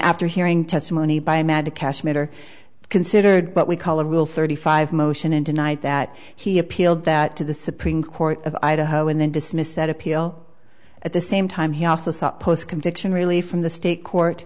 after hearing testimony by magic cast matter considered what we call a real thirty five motion and tonight that he appealed that to the supreme court of idaho and then dismiss that appeal at the same time he also sought post conviction relief from the state court